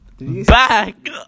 Back